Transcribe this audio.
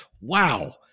wow